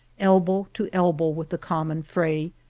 elbow to elbow with the common fray,